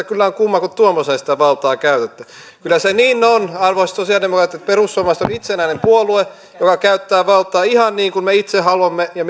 kyllä on kumma kun tuommoiseen sitä valtaa käytätte kyllä se niin on arvoisat sosialidemokraatit että perussuomalaiset on itsenäinen puolue joka käyttää valtaa ihan niin kuin me itse haluamme ja